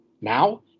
Now